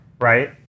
right